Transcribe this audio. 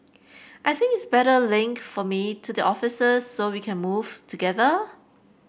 I think it's better link for me to the officers so we can move together